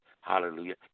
Hallelujah